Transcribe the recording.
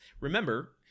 remember